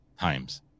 times